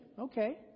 Okay